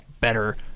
better